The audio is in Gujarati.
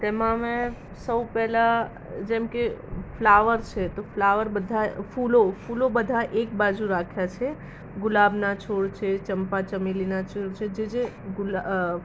તેમાં મેં સૌ પહેલાં જેમકે ફ્લાવર છે તો ફ્લાવર બધા ફૂલો ફૂલો બધા એકબાજું રાખ્યાં છે ગુલાબના છોડ છે ચંપા ચમેલીના છોડ છે જે જે ગુલ